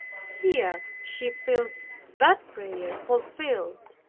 here she feels that prayer fulfilled